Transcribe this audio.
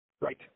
right